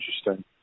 interesting